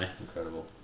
Incredible